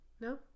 no